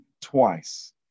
twice